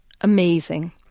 amazing